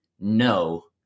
no